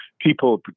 people